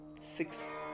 six